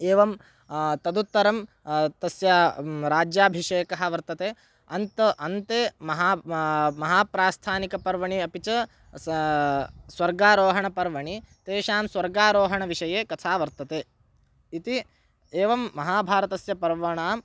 एवं तदुत्तरं तस्य राज्याभिषेकः वर्तते अन्त अन्ते महा महाप्रास्थानिकपर्वणि अपि च स स्वर्गारोहणपर्वणि तेषां स्वर्गारोहणविषये कथा वर्तते इति एवं महाभारतस्य पर्वणाम्